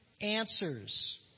answers